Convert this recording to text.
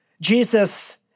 Jesus